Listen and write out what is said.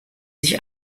sich